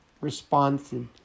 responsive